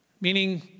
meaning